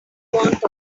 want